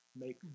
make